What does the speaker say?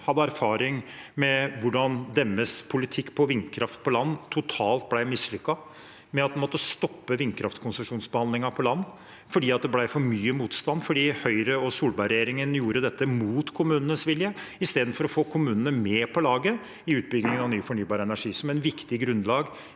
har erfaring med hvordan deres politikk for vindkraft på land ble totalt mislykket. Man måtte stoppe vindkraftkonsesjonsbehandlingen på land fordi det ble for mye motstand, fordi Høyre og Solberg-regjeringen gjorde dette mot kommunenes vilje i stedet for å få kommunene med på laget i utviklingen av ny fornybar energi, noe som er et viktig grunnlag